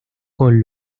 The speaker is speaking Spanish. con